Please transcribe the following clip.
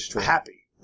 happy